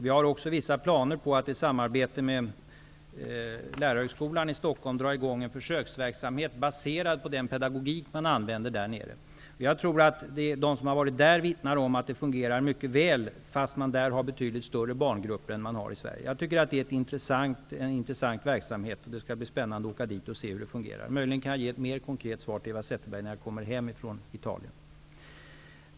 Vi har också vissa planer på att i samarbete med Lärarhögskolan i Stockholm sätta i gång en försöksverksamhet baserad på den pedagogik som används i Reggio nell'Emilia. De som har varit där vittnar om att verksamheten fungerar mycket väl, fast man har betydligt större barngrupper än vad man har i Sverige. Jag tycker att det är en intressant verksamhet. Det skall bli spännande att åka dit och se hur den fungerar. Det är möjligt att jag kan ge ett mer konkret svar till Eva Zetterberg när jag kommer hem från Italien.